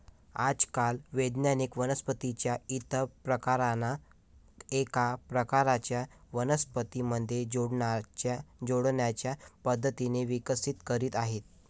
आजकाल वैज्ञानिक वनस्पतीं च्या इतर प्रकारांना एका प्रकारच्या वनस्पतीं मध्ये जोडण्याच्या पद्धती विकसित करीत आहेत